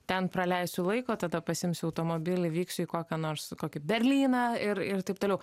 ten praleisiu laiko tada pasiimsiu automobilį vyksiu į kokią nors kokį berlyną ir ir taip toliau